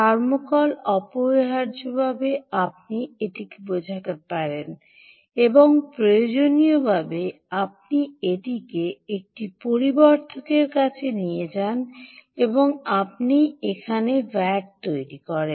thermocol অপরিহার্যভাবে আপনি এটিকে বোঝাতে পারেন এবং প্রয়োজনীয়ভাবে আপনি এটিকে একটি পরিবর্ধকের কাছে নিয়ে যান এবং আপনি এখানে ভ্যাট তৈরি করেন